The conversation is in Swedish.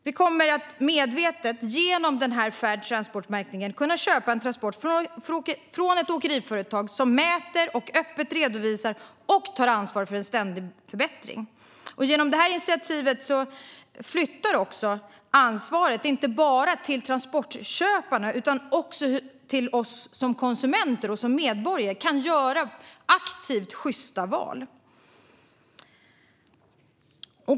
Du kommer medvetet genom Fair Transport-märkningen att kunna köpa en transport från ett åkeriföretag som mäter, öppet redovisar och tar ansvar för en ständig förbättring. Genom det här initiativet flyttar ansvaret inte bara till transportköparna utan också till oss som konsumenter och medborgare så att vi kan göra aktiva och sjysta val.